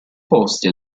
posti